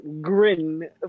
grin